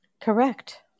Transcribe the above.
Correct